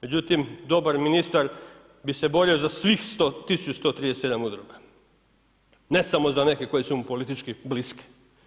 Međutim, dobar ministar bi se borio za svih 1137 udruga, ne samo za neke koje su mu politički bliske.